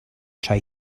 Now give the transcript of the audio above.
try